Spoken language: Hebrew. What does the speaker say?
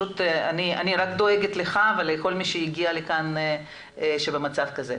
אני דואגת לכך ולכל מי שהגיע לכאן שבמצב הזה.